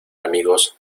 amigos